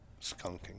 skunking